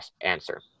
answer